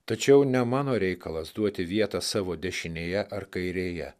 tačiau ne mano reikalas duoti vietą savo dešinėje ar kairėje